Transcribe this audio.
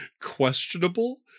questionable